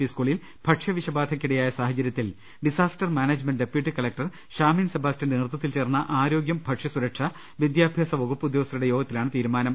P സ്കൂളിൽ ഭക്ഷ്യ വിഷബാധയ്ക്കിടയായ സാഹചര്യത്തിൽ disaster management deputy collector Shamin സെബാസ്റ്റ്യന്റെ നേതൃത്വത്തിൽ ചേർന്ന ആരോഗ്യം ഭക്ഷ്യസുരക്ഷ വിദ്യാഭ്യാസ വകുപ്പ് ഉദ്യോഗ സ്ഥരുടെ യോഗത്തിലാണ് തീരുമാനം